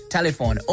Telephone